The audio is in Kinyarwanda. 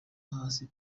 hasi